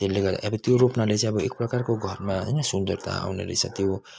त्यसले गर्दा अब त्यो रोप्नाले चाहिँ अब एक प्रकारको घरमा होइन सुन्दरता आउने रहेछ त्यो